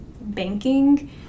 banking